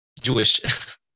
Jewish